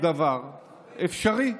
דבר אפשרי.